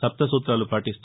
సప్త సూతాలు పాటిస్తూ